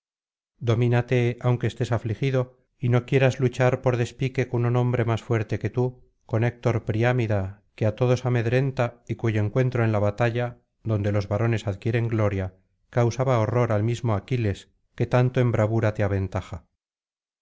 locura domínate aunque estés afligido y no quieras luchar por despique con un hombre más fuerte que tú con héctor priámida que á todos amedrenta y cuyo encuentro en la batalla donde los varones adquieren gloria causaba horror al mismo aquiles que tanto en bravura te aventaja